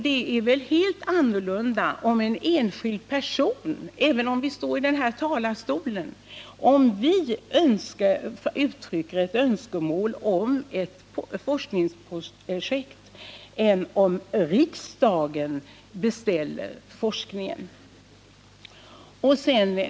Det är väl helt annorlunda om en enskild person — även om han eller hon står i den här talarstolen — uttrycker ett önskemål om ett forskningsprojekt än om riksdagen beställer forskningen.